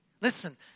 Listen